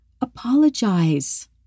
apologize